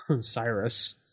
Cyrus